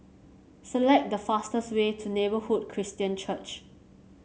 select the fastest way to Neighbourhood Christian Church